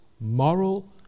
moral